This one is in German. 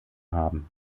haben